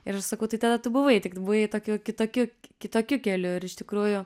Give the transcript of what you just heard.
ir aš sakau tai tada tu buvai tik tu buvai tokiu kitokiu kitokiu keliu ir iš tikrųjų